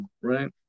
Right